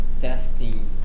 testing